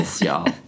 y'all